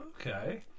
Okay